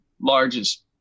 largest